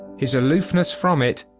his aloofness from it,